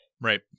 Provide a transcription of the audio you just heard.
Right